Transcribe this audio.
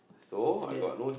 ya